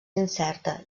incerta